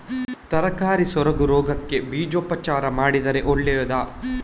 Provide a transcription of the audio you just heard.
ತರಕಾರಿ ಸೊರಗು ರೋಗಕ್ಕೆ ಬೀಜೋಪಚಾರ ಮಾಡಿದ್ರೆ ಒಳ್ಳೆದಾ?